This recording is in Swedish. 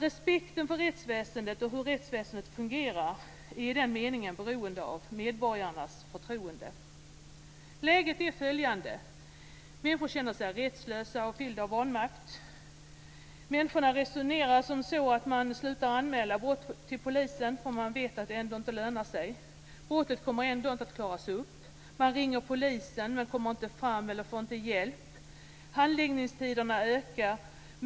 Respekten för rättsväsendet och hur det fungerar är nämligen i den meningen beroende av medborgarnas förtroende. Läget är föjande: Människor känner sig rättslösa och fyllda av vanmakt. Människor resonerar som så att de slutar anmäla brott till polisen eftersom de vet att det inte lönar sig - brottet kommer ändå inte att klaras upp. De ringer polisen, men kommer inte fram eller får inte hjälp. Handläggningstiderna ökar.